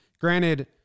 Granted